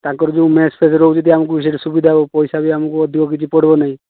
ତାଙ୍କର ଯେଉଁ mess fees ବି ରହୁଛି ଆମକୁ ବି ସେଇଠି ସୁବିଧା ପଇସାବି ଆମକୁ ଅଧିକ କିଛି ପଡ଼ିବ ନାହିଁ